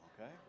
okay